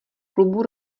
klubu